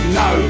no